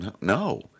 no